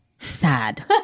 sad